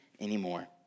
anymore